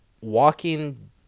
walking